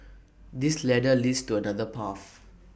this ladder leads to another path